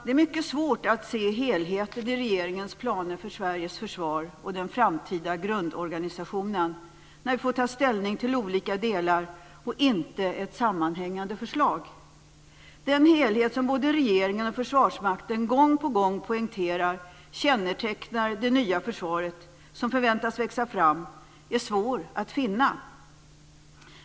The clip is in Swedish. Det är mycket svårt att se helheten i regeringens planer för Sveriges försvar och den framtida grundorganisationen när vi får ta ställning till olika delar, och inte ett sammanhängande förslag. Den helhet som både regeringen och Försvarsmakten gång på gång poängterar kännetecknar det nya försvar som förväntas växa fram är svår att finna.